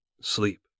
sleep